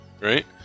Right